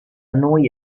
noi